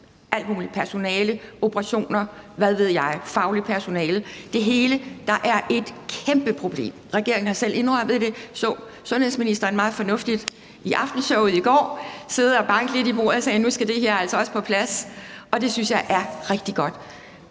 alt muligt, personale, operationer, fagligt personale, hvad ved jeg, det hele, der er et kæmpeproblem. Regeringen har selv indrømmet det, og vi så sundhedsministeren meget fornuftigt i Aftenshowet i går sidde og banke lidt i bordet og sige, at nu skal det her altså også på plads. Og det synes jeg er rigtig godt.